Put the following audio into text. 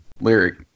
lyric